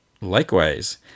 likewise